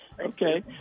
Okay